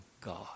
God